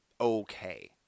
okay